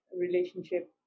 relationship